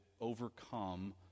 overcome